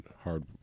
hard